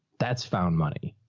that's found money.